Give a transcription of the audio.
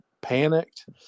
panicked